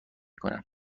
کنم